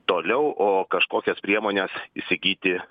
toliau o kažkokias priemones įsigyti